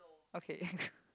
okay